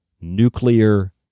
nuclear